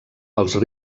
pels